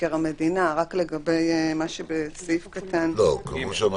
מבקר המדינה, רק לגבי מה שבסעיף קטן (ג), צבא